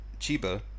Chiba